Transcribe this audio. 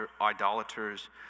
idolaters